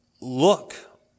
look